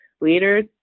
leaders